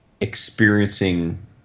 experiencing